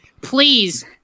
please